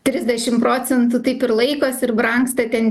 trisdešim procentų taip ir laikos ir brangsta ten